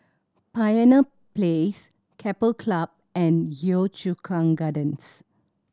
Pioneer Place Keppel Club and Yio Chu Kang Gardens